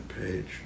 page